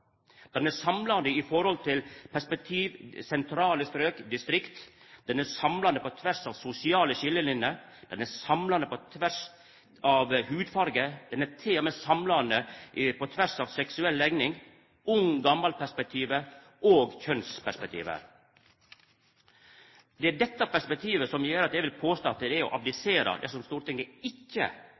er samlande med omsyn til perspektiv, sentrale strøk og distrikt. Ho er samlande på tvers av sosiale skiljelinjer. Ho er samlande på tvers av hudfarge. Ho er til og med samlande på tvers av seksuell legning, med omsyn til ung/gamal-perspektivet og med omsyn til kjønsperspektivet. Det er dette perspektivet som gjer at eg vil påstå at det er å abdisera dersom Stortinget ikkje